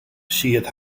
siert